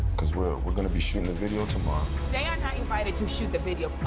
cause we're we're gonna be shooting a video tomorrow. they are not invited to shoot the video.